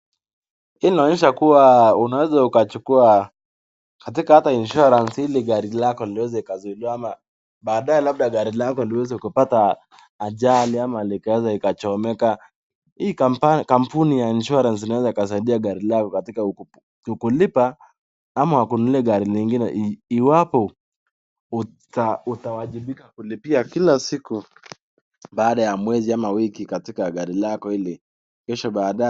Hii inaonyesha kuwa unaweza ukachukua katika hata insurance ili gari lako liwezee ikazibaa ama baadaye lako liweze kupata ajali ama likaweze ikachomeke, hii kampuni inaweza ikasaidia gari lako katika kukulipa ama kukununulia gari lingine iwapo utawajibika kulipia kila siku baada ya mwezi au gari ili kisha baadaye ...